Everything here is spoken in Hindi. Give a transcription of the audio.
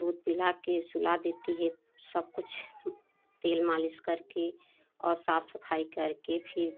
दूध पिला कर सुला देती है सब कुछ तेल मालिश करके औ साफ सफाई करके फिर